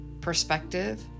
perspective